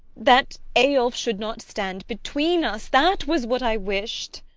that eyolf should not stand between us that was what i wished.